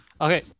okay